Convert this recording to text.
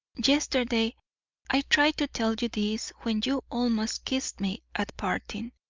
yesterday i tried to tell you this when you almost kissed me at parting.